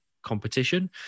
competition